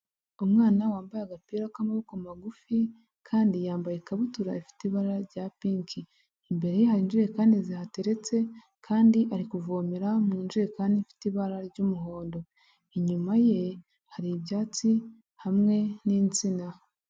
Umwana wambaye agapira k'amaboko magufi kandi yambaye ikabutura ifite ibara rya pinki, imbere ye hari injerekani zihateretse kandi ari kuvomera mu njerekani ifite ibara ry'umuhondo, inyuma ye hari ibyatsi hamwe n'insina.